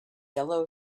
yellow